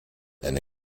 eine